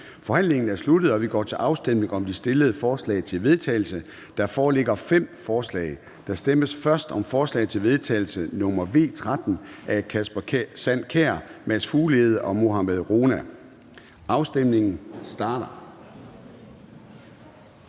Forhandlingen er sluttet, og vi går til afstemning om de fremsatte forslag til vedtagelse. Der foreligger fem forslag. Der stemmes først om forslag til vedtagelse nr. V 13 af Kasper Sand Kjær (S), Mads Fuglede (V) og Mohammad Rona (M), og afstemningen starter.